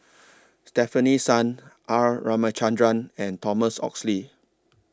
Stefanie Sun R Ramachandran and Thomas Oxley